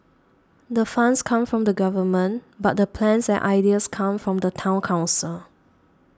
the funds come from the Government but the plans and ideas come from the Town Council